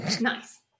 Nice